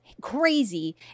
Crazy